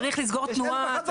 צריך לסגור תנועה,